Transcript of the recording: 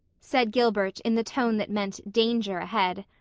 said gilbert in the tone that meant danger ahead.